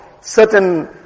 certain